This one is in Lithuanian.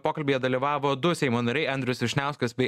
pokalbyje dalyvavo du seimo nariai andrius vyšniauskas bei